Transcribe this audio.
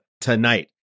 tonight